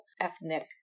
ethnic